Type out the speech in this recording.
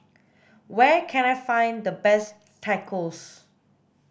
where can I find the best Tacos